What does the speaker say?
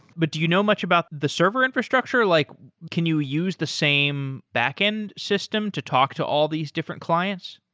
but do you know much about the server infrastructure? like can you use the same backend system to talk to all these different clients?